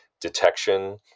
detection